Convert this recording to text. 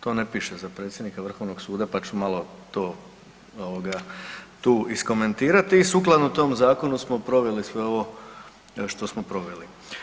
To ne piše za predsjednika Vrhovnog suda pa ću malo to tu iskomentirati i sukladno tom zakonu smo proveli sve ovo što smo proveli.